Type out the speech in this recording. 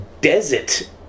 desert